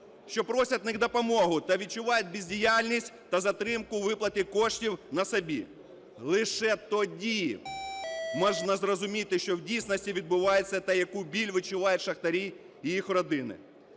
що просять у них допомогу та відчувають бездіяльність та затримку у виплаті коштів на собі. Лише тоді можна зрозуміти, що в дійсності відбувається та яку біль відчувають шахтарі та їх родини.